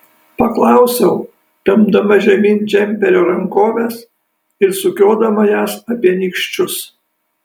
paklausiau tempdama žemyn džemperio rankoves ir sukiodama jas apie nykščius